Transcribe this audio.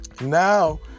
Now